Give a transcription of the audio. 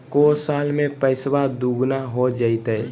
को साल में पैसबा दुगना हो जयते?